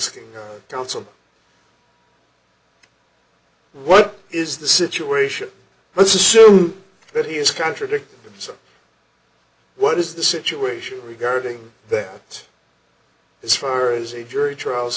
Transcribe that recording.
can counsel what is the situation let's assume that he is contradicted so what is the situation regarding it as far as a jury trial is